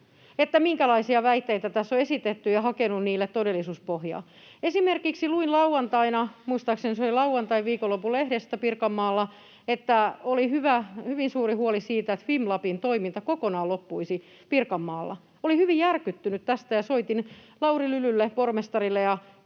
minkälaisia väitteitä tässä on esitetty, ja hakenut niille todellisuuspohjaa. Esimerkiksi luin lauantaina — muistaakseni se oli lauantain, viikonlopun lehti Pirkanmaalla — että oli hyvin suuri huoli siitä, että Fimlabin toiminta kokonaan loppuisi Pirkanmaalla. Olin hyvin järkyttynyt tästä ja soitin Lauri Lylylle, pormestarille, ja